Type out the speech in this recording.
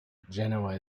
genoa